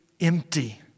empty